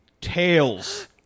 Tails